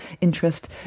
interest